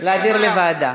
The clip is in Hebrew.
מבקשים להעביר לוועדה.